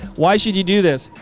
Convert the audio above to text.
why should you do this.